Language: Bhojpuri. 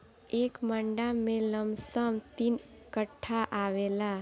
एक मंडा में लमसम तीन कट्ठा आवेला